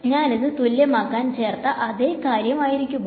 ഞാൻ ഇത് തുല്യമാക്കാൻ ചേർത്ത അതെ കാര്യം ആയിരിക്കുമോ